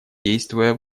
действуя